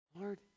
Lord